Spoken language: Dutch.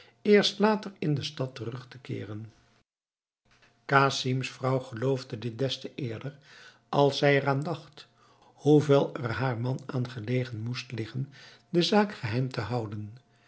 eerst later in de stad terug te keeren casim's vrouw geloofde dit des te eerder als zij er aan dacht hoeveel er haar man aan gelegen moest liggen de zaak geheim te houden